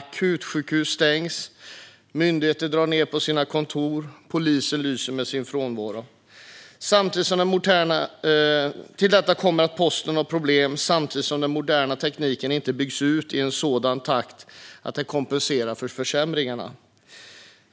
akutsjukhus stängs, myndigheter drar ned på sina kontor och polisen lyser med sin frånvaro. Till detta kommer att posten har problem. Samtidigt byggs den moderna tekniken inte ut i en sådan takt att det kompenserar för försämringarna.